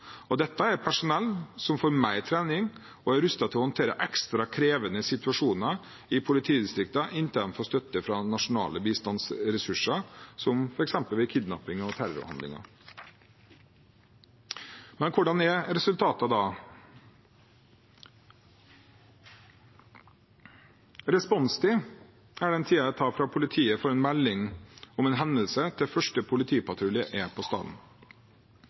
Dette er personell som får mer trening og er rustet til å håndtere ekstra krevende situasjoner i politidistriktene inntil de får støtte fra nasjonale bistandsressurser, som f.eks. ved kidnappinger eller terrorhandlinger. Hvordan er resultatene? Responstid er den tiden det tar fra politiet får melding om en hendelse, til første politipatrulje er på